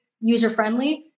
user-friendly